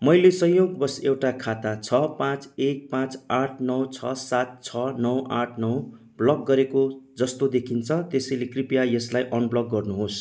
मैले संयोगवस एउटा खाता छ पाँच एक पाँच आठ नौ छ सात छ नौ आठ नौ ब्लक गरेको जस्तो देखिन्छ त्यसैले कृपया यसलाई अनब्लक गर्नुहोस्